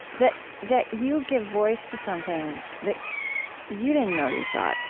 that that you give voice to something that you didn't know you thought.